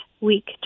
week